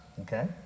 okay